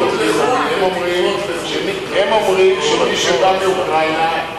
הם אומרים שמי שבא מאוקראינה,